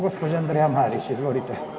Gospođa Andreja Marić, izvolite.